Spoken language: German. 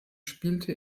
spielte